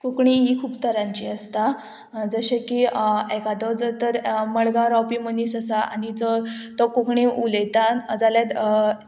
कोंकणी ही खूब तरांची आसता जशें की एकादो जर तर मडगांव रावपी मनीस आसा आनी जो तो कोंकणी उलयता जाल्यार